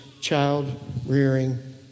child-rearing